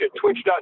Twitch